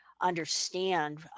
understand